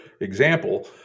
example